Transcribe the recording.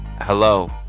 hello